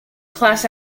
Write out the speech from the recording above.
class